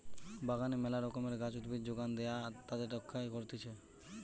বাগানে মেলা রকমের গাছ, উদ্ভিদ যোগান দেয়া আর তাদের রক্ষা করতিছে